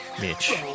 Mitch